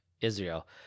Israel